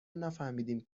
نفهمدیم